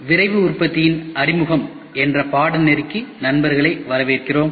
விரைவு உற்பத்தியின் அறிமுகம் என்ற பாடநெறிக்கு நண்பர்களை வரவேற்கிறோம்